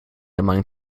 among